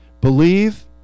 Believe